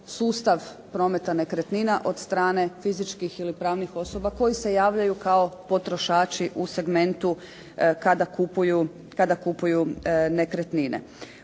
sustav prometa nekretnina od strane fizičkih ili pravnih osoba koji se javljaju kao potrošači u segmentu kada kupuju nekretnine.